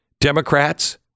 Democrats